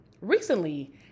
recently